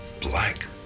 black